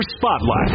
Spotlight